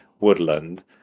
woodland